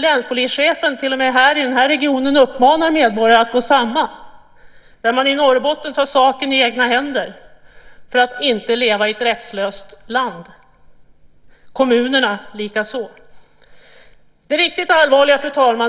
Länspolischefen i den här regionen uppmanar medborgare att gå samman. I Norrbotten tar man saken i egna händer för att inte leva i ett rättslöst land, kommunerna likaså. Fru talman! Det riktigt allvarliga